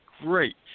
great